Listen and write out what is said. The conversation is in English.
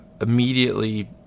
immediately